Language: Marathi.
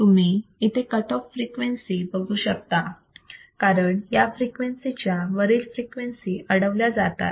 तुम्ही इथे कट ऑफ फ्रिक्वेन्सी बघू शकता कारण या फ्रिक्वेन्सी च्या वरील फ्रिक्वेन्सी अडवल्या जातात